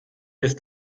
ist